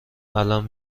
الان